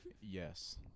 Yes